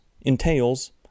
entails